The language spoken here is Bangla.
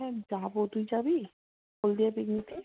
হ্যাঁ যাবো তুই যাবি হলদিয়া পিকনিকে